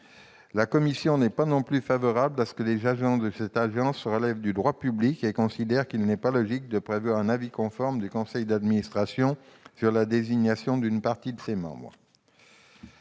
La commission n'est pas non plus favorable à ce que les agents de cette agence relèvent du droit public, et considère qu'il n'est pas logique de prévoir un avis conforme du conseil d'administration sur la désignation d'une partie de ses membres.